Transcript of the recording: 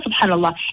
subhanAllah